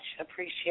appreciate